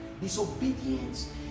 disobedience